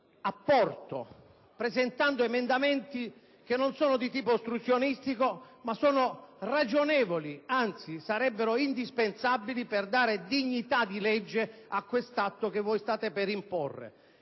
apporto, presentando emendamenti che non sono di tipo ostruzionistico, ma sono ragionevoli, anzi sarebbero indispensabili per dare dignità di legge a questo atto che voi state per imporre.